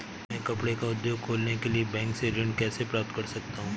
मैं कपड़े का उद्योग खोलने के लिए बैंक से ऋण कैसे प्राप्त कर सकता हूँ?